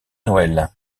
noël